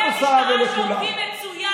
יש קציני משטרה שעובדים מצוין מאוד.